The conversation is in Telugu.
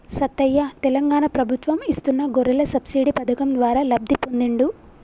సత్తయ్య తెలంగాణ ప్రభుత్వం ఇస్తున్న గొర్రెల సబ్సిడీ పథకం ద్వారా లబ్ధి పొందిండు